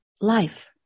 life